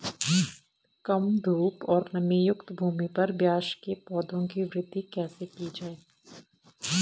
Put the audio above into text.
कम धूप और नमीयुक्त भूमि पर प्याज़ के पौधों की वृद्धि कैसे की जाए?